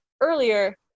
earlier